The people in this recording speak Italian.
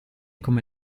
come